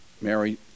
Mary